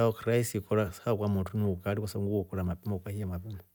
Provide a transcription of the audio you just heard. Chao kirahisi ikora ha kwamotu ni ukari kwasababu we kora mapema ukahiya mapema.